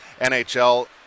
NHL